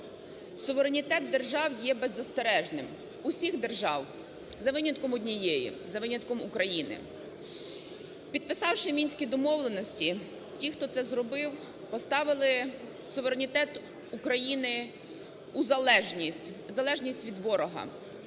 суверенітет держав є беззастережним, усіх держав за винятком однієї: за винятком України. Підписавши Мінські домовленості, ті, хто це зробив, поставили суверенітет України у залежність, залежність від ворога,